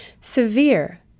Severe